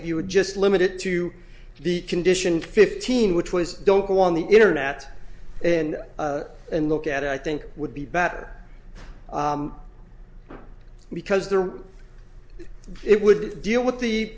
if you would just limit it to the condition fifteen which was don't go on the internet and and look at it i think would be better because there it would be deal with the